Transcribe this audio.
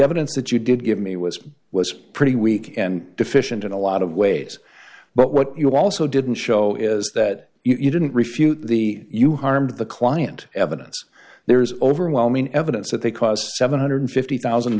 evidence that you did give me was was pretty weak and deficient in a lot of ways but what you also didn't show is that you didn't refute the you harmed the client evidence there is overwhelming evidence that they cost seven hundred and fifty thousand